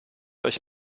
euch